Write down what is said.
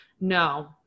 no